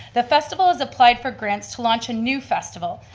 the festival has applied for grants to launch a new festival,